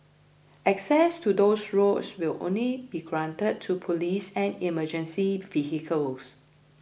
access to those roads will only be granted to police and emergency vehicles